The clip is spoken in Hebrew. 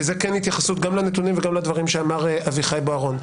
וזה כן התייחסות גם לנתונים וגם לדברים שאמר אביחי בוארון.